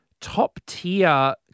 Top-tier